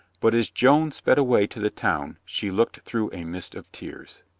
but as joan sped away to the town she looked through a mist of tears.